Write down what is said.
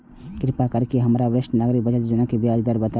कृपा करके हमरा वरिष्ठ नागरिक बचत योजना के ब्याज दर बताबू